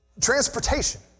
transportation